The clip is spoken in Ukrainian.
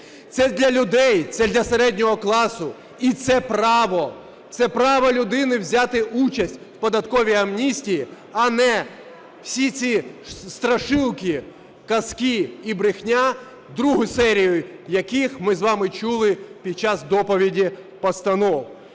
Це для людей, це для середнього класу. І це право, це право людини взяти участь в податковій амністії, а не всі ці страшилки, казки і брехня, другу серію яких ми з вами чули під час доповіді постанов